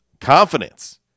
Confidence